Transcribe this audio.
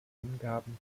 angaben